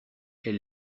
elle